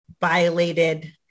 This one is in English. violated